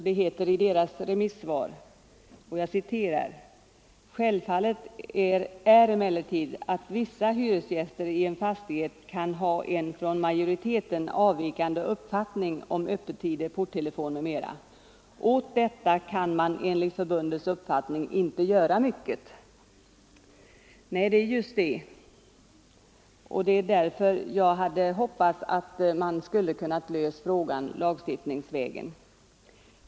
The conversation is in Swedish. Det heter i dess remissvar: ”Självfallet är emellertid att vissa hyresgäster i en fastighet kan ha en från majoriteten avvikande uppfattning om öppethållandetider, porttelefon m.m. Åt detta kan man enligt förbundets uppfattning inte göra mycket.” Ja, det är just det som är problemet. Jag hade därför hoppats att frågan skulle ha kunnat lösas lagstiftningsvägen.